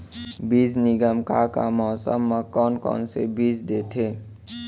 बीज निगम का का मौसम मा, कौन कौन से बीज देथे?